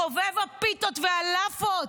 חובב הפיתות והלאפות.